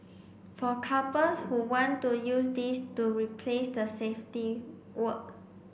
for couples who want to use this to replace the safety word